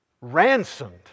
ransomed